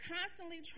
constantly